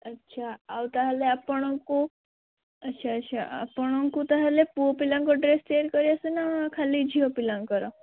ଆଚ୍ଛା ଆଉ ତା' ହେଲେ ଆପଣଙ୍କୁ ଆଚ୍ଛା ଆଚ୍ଛା ଆପଣଙ୍କୁ ତା' ହେଲେ ପୁଅ ପିଲାଙ୍କ ଡ୍ରେସ୍ ତିଆରି କରି ଆସେ ନା ଖାଲି ଝିଅ ପିଲାଙ୍କର